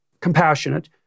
compassionate